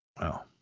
Wow